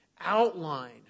outline